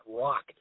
rock